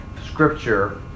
Scripture